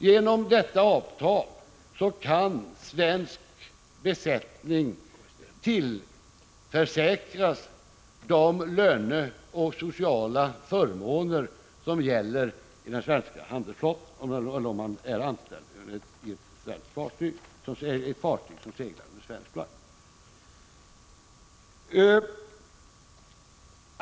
Genom detta avtal kan svensk besättning tillförsäkras de löneförmåner och sociala förmåner som gäller för den som är anställd ombord på fartyg som seglar under svensk flagg.